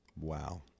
Wow